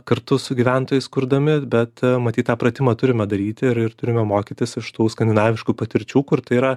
kartu su gyventojais kurdami bet matyt tą pratimą turime daryti ir ir turime mokytis iš tų skandinaviškų patirčių kur tai yra